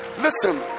Listen